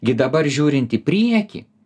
gi dabar žiūrint į priekį